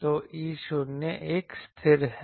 तो E0 एक स्थिर है